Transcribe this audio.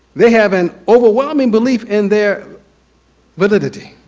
they have an overwhelming belief in their validity.